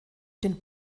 den